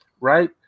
right